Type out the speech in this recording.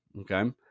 okay